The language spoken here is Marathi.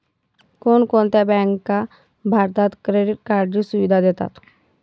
कोणकोणत्या बँका भारतात क्रेडिट कार्डची सुविधा देतात?